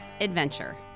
adventure